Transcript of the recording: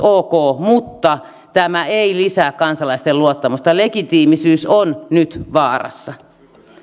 ok mutta tämä ei lisää kansalaisten luottamusta ja legitiimisyys on nyt vaarassa